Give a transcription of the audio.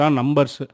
numbers